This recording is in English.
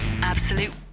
Absolute